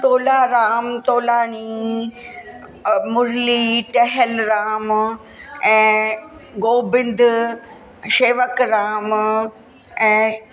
तोलाराम तोलाणी मुरली टहलराम ऐं गोबिंद शेवकराम ऐं